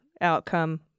outcome